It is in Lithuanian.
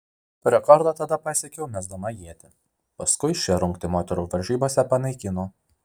rekordą tada pasiekiau mesdama ietį paskui šią rungtį moterų varžybose panaikino